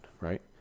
right